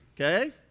okay